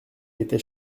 était